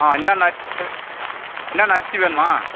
ஆ என்னென்ன அரிசி என்னென்ன அரிசி வேணும்மா